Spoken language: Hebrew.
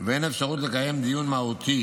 ואין אפשרות לקיים דיון מהותי